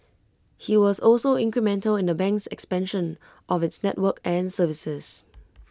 he was also incremental in the bank's expansion of its network and services